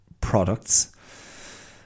products